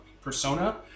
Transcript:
persona